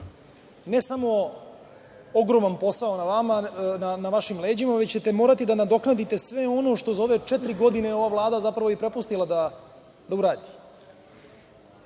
ne samo ogroman posao na vašim leđima, već ćete morati da nadoknadite sve ono što za ove četiri godine ova Vlada zapravo je propustila da uradi.Zašto